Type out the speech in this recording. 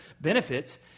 benefits